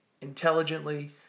intelligently